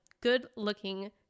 good-looking